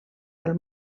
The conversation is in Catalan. del